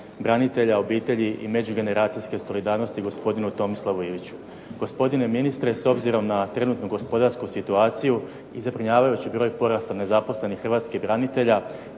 branitelja, obitelji i međugeneracijske solidarnosti gospodinu Tomislavu Iviću. Gospodine ministre, s obzirom na trenutku gospodarsku situaciju i zabrinjavajući porast nezaposlenih Hrvatskih branitelja,